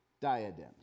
diadems